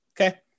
okay